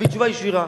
אבל היא תשובה ישירה.